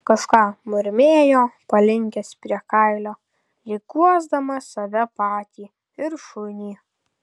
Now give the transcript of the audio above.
kažką murmėjo palinkęs prie kailio lyg guosdamas save patį ir šunį